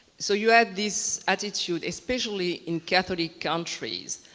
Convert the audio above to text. so you had this attitude, especially in catholic countries,